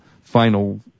final